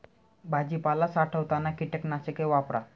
भाजीपाला साठवताना कीटकनाशके वापरा